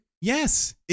Yes